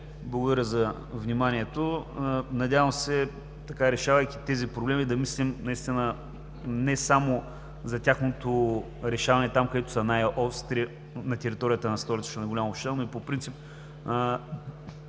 Благодаря за вниманието. Надявам се, решавайки тези проблеми, да мислим наистина не само за тяхното решаване – там, където са най-остри на територията на Столична община, но по принцип